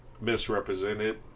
misrepresented